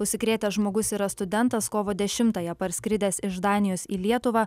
užsikrėtęs žmogus yra studentas kovo dešimtąją parskridęs iš danijos į lietuvą